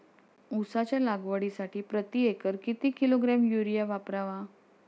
उसाच्या लागवडीसाठी प्रति एकर किती किलोग्रॅम युरिया वापरावा?